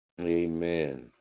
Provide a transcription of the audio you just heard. Amen